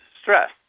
stress